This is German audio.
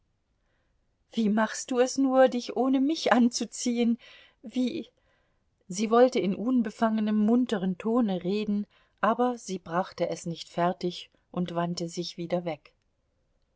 wie machst du es nur dich ohne mich anzuziehen wie sie wollte in unbefangenem munterem tone reden aber sie brachte es nicht fertig und wandte sich wieder weg